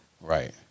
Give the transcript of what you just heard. Right